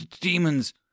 demons